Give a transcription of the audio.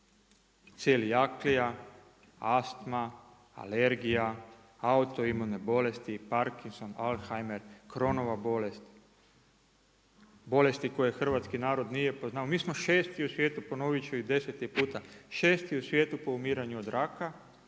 celijakija, astma, alergija, auto imune bolesti, Parkinson, Alzheimer, Cronova bolest, bolesti koje hrvatski narod nije poznavao. Mi smo šesti u svijetu ponovit ću i deseti puta, šesti u svijetu po umiranju od raka,